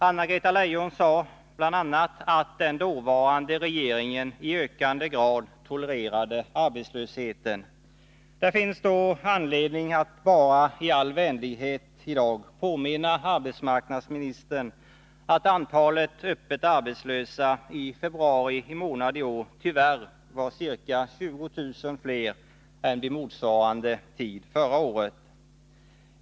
Anna-Greta Leijon sade, att den dåvarande regeringen i ökande grad tolererade arbetslösheten. Det finns då anledning att bara i all vänlighet påminna arbetsmarknadsministern att antalet öppet arbetslösa i februari månad i år - tyvärr var ca 20 000 fler än vid motsvarande tid förra året.